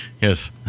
Yes